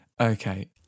Okay